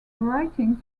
writings